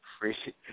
Free